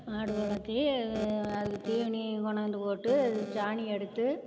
ஆடு வளர்த்தி அது அதுக்கு தீனி கொணாந்து போட்டு சாணி எடுத்து